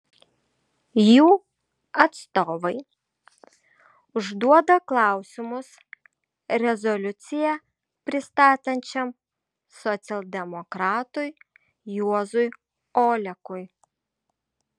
jų atstovai užduoda klausimus rezoliuciją pristatančiam socialdemokratui juozui olekui